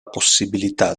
possibilità